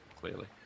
clearly